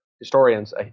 historians